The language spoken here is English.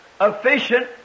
efficient